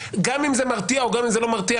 גם אם זה מרתיע וגם אם זה לא מרתיע,